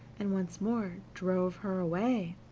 and once more drove her away.